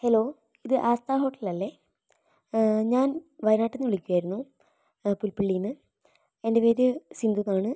hello ഇത് Aastha hotel അല്ലേ ഞാൻ വയനാട്ടിൽനിന്ന് വിളിക്കുകയായിരുന്നു പുൽപ്പള്ളിയിൽനിന്ന് എൻ്റെ പേര് സിന്ധു എന്നാണ്